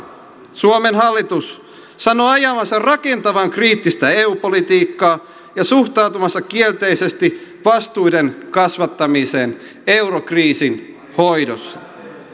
suomen hallitus sanoo ajavansa rakentavan kriittistä eu politiikkaa ja suhtautuvansa kielteisesti vastuiden kasvattamiseen eurokriisin hoidossa